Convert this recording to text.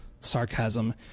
sarcasm